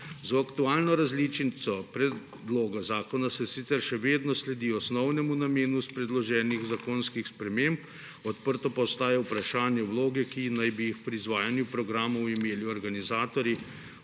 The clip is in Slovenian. Z aktualno različico predloga zakona se sicer še vedno sledi osnovnemu namenu iz predloženih zakonskih sprememb, odprto pa ostaja vprašanje vloge, ki naj bi jo pri izvajanju programov imeli organizatorji